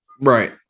Right